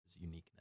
uniqueness